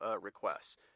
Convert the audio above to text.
requests